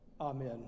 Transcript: Amen